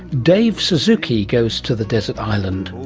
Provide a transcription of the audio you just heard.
david suzuki goes to the desert island.